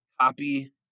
copy